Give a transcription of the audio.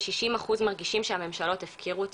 וששים אחוז אומרים שהממשלות הפקירו אותם.